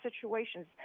situations